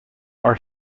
are